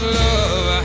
love